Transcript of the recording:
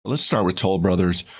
let's start with toll brothers.